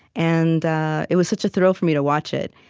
and it was such a thrill for me to watch it.